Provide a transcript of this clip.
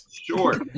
Sure